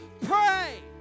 pray